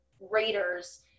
Raiders